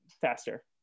faster